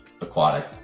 aquatic